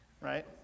right